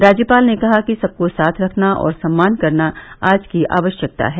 राज्यपाल ने कहा कि सबको साथ रखना और सम्मान करना आज की आवश्यकता है